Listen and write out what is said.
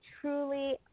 truly